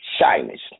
shyness